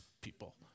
people